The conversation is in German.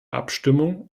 abstimmung